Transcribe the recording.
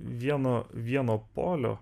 vieno vieno polio